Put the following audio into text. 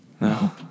No